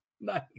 nice